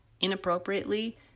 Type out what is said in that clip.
inappropriately